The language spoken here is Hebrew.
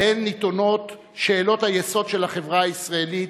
שבהם נדונות שאלות היסוד של החברה הישראלית: